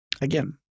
again